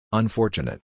unfortunate